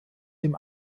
dem